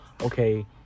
okay